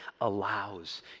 allows